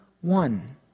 one